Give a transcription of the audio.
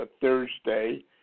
Thursday